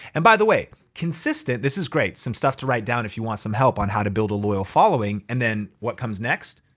and by the way consistent, this is great. some stuff to write down if you want some help on how to build a loyal following and then what comes next?